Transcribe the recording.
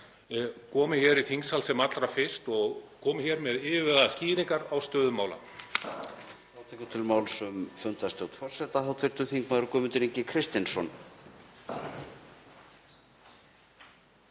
komi hér í þingsal sem allra fyrst og komi með yfirvegaðar skýringar á stöðu mála.